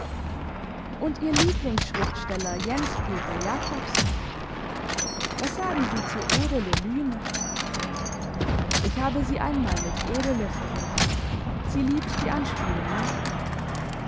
und ihr lieblingsschriftsteller jens peter jakobsen was sagen sie zu edele lyhne ich habe sie einmal mit edele verglichen sie liebt die anspielung nicht